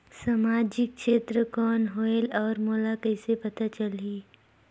समाजिक क्षेत्र कौन होएल? और मोला कइसे पता चलही?